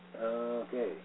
Okay